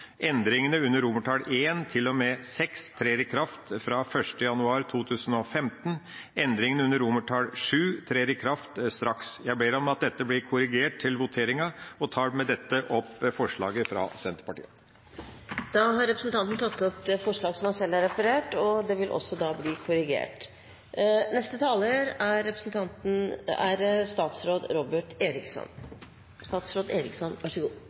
Endringene under VII trer i kraft straks.» Jeg ber om at dette blir korrigert til voteringa. Jeg tar med dette opp forslaget fra Senterpartiet. Representanten Per Olaf Lundteigen har tatt opp det forslaget han selv refererte. Det opprinnelige forslaget vil bli korrigert.